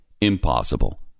impossible